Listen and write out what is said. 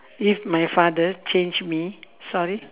if my father change me sorry